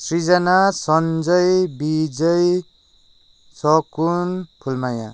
Srijana Sanjay Bijay Sakun Phulmaya